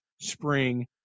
spring